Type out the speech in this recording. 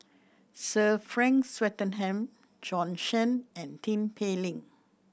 Sir Frank Swettenham Bjorn Shen and Tin Pei Ling